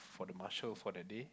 for the marshal for the day